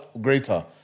greater